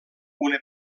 una